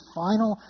final